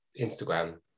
Instagram